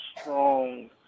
strong